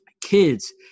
kids